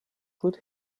could